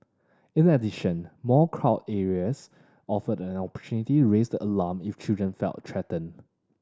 in addition more crowd areas offer an opportunity to raise the alarm if children felt threatened